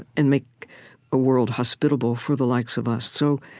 and make a world hospitable for the likes of us. so